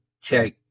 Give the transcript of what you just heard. check